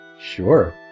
Sure